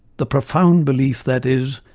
the profound belief, that is,